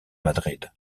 madrid